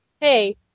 Hey